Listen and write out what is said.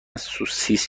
سوسیس